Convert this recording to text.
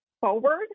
forward